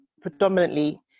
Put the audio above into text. predominantly